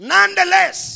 Nonetheless